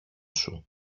σου